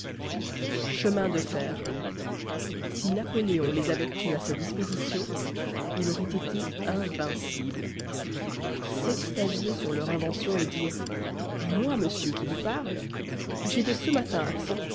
chemins de fer si napoléon les avait eus à sa disposition il aurait été invincible s'extasier sur leur invention et dire moi monsieur qui vous parle j'étais ce matin